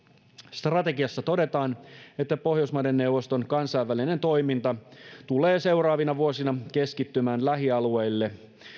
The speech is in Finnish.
strategiassa todetaan että pohjoismaiden neuvoston kansainvälinen toiminta tulee seuraavina vuosina keskittymään lähialueille